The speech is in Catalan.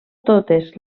totes